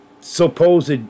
supposed